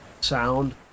sound